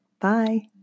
Bye